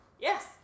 yes